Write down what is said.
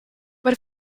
but